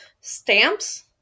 Stamps